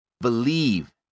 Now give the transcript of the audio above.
Believe